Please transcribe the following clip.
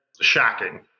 Shocking